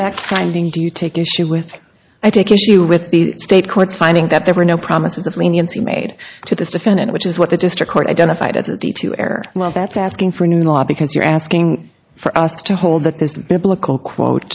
fact finding do you take issue with i take issue with the state courts finding that there were no promises of leniency made to this defendant which is what the district court identified as the two error well that's asking for a new law because you're asking for us to hold that this biblical quote